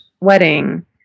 wedding